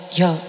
yo